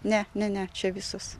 ne ne ne čia visos